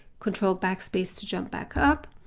control backspace to jump back up.